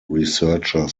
researcher